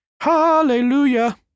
Hallelujah